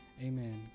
Amen